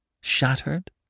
shattered